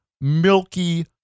milky